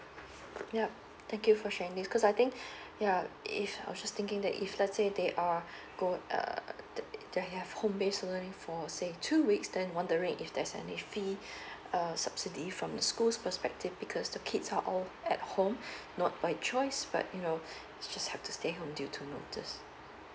yup thank you for sharing this because I think yeah if I was just thinking that if let's say they are go~ uh they have home based study for say two weeks then wondering if there's any free err subsidy from schools perspective because the kids are all at home not by choice but you know they just have to stay home due to notice